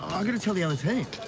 um got to tell the other team.